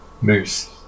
Moose